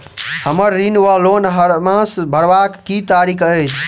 हम्मर ऋण वा लोन हरमास भरवाक की तारीख अछि?